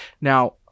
Now